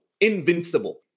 Invincible